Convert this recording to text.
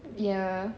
ya